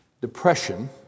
depression